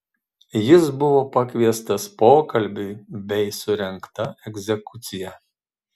jis buvo pakviestas pokalbiui bei surengta egzekucija